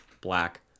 black